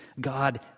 God